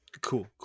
Cool